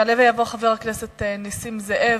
יעלה ויבוא חבר הכנסת נסים זאב.